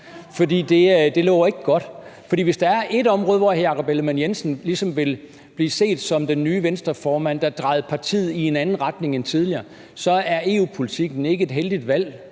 for det lover ikke godt! For hvis der er ét område, hvor hr. Jakob Ellemann-Jensen ligesom vil blive set som den nye Venstreformand, der drejede partiet i en anden retning end tidligere, så er EU-politikken ikke et heldigt valg